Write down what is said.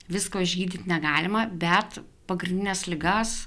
visko išgydyt negalima bet pagrindines ligas